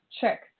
check